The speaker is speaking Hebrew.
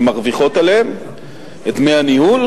הן מרוויחות עליהם את דמי הניהול,